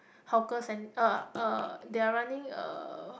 hawker cent~ uh they are running a